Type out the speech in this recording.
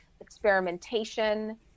experimentation